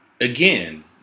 again